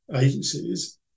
agencies